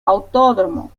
autódromo